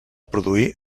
produir